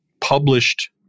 published